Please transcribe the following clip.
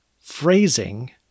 phrasing—